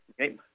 Okay